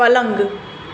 પલંગ